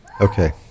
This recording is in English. Okay